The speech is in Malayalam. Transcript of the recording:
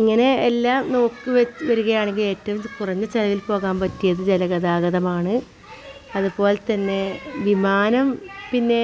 ഇങ്ങനെ എല്ലാം നോക്കി വെ വരികയാണെങ്കിൽ ഏറ്റവും കുറഞ്ഞ ചിലവിൽ പോകാൻ പറ്റിയത് ജലഗതാഗതമാണ് അതുപോലെ തന്നെ വിമാനം പിന്നെ